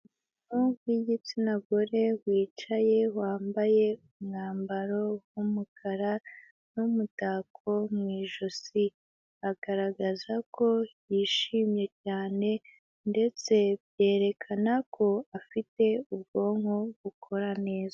Umuntu w'igitsina gore wicaye wambaye umwambaro w'umukara n'umutako mu ijosi, agaragaza ko yishimye cyane ndetse yerekana ko afite ubwonko bukora neza.